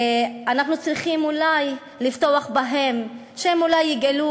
אנחנו צריכים אולי לבטוח בהם שהם אולי יגאלו